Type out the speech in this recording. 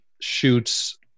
shoots